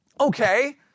okay